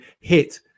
hit